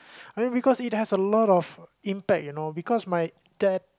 I mean because it has a lot of impact you know because my dad